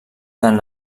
tant